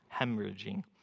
Hemorrhaging